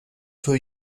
für